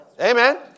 Amen